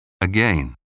Again